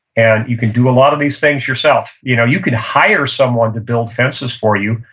and you can do a lot of these things yourself. you know you can hire someone to build fences for you,